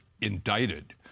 indicted